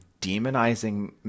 demonizing